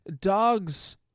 dogs